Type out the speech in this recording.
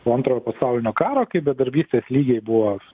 po antrojo pasaulinio karo kai bedarbystės lygiai buvo